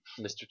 Mr